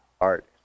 art